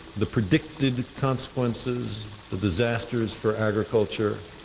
the predicted consequences, the disasters for agriculture,